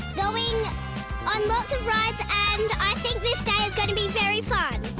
going on lots of rides and i think this day is going to be very fun.